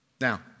Now